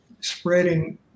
Spreading